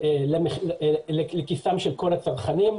לכיסם של כל הצרכנים,